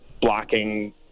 blocking